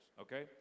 Okay